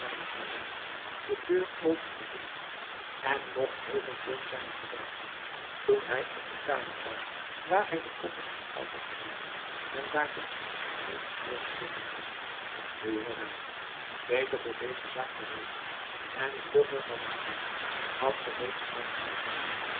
verwonderd de deur open te vinden en nog hooger klom zijne verbazing toen hij op de kamer kwam waar hij de koffers met goud had gezien en daarvan niets meer te vinden was de jonge dame beter voor deze zaak berekend en vlugger dan mijn broeder had ze reeds laten weghalen